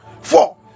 four